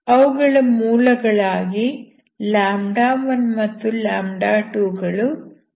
ಅವುಗಳ ಮೂಲಗಳಾಗಿ 1 ಮತ್ತು 2 ಗಳು ಸಿಗುತ್ತವೆ